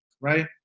right